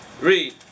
Read